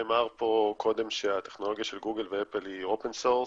נאמר פה קודם שהטכנולוגיה של גוגל ואפל היא open source.